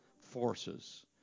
forces